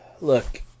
Look